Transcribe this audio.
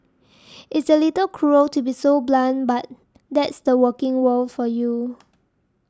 it's a little cruel to be so blunt but that's the working world for you